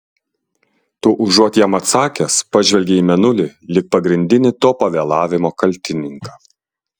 tu užuot jam atsakęs pažvelgei į mėnulį lyg pagrindinį to pavėlavimo kaltininką